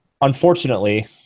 unfortunately